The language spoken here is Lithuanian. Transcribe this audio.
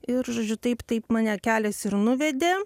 ir žodžiu taip taip mane kelias ir nuvedė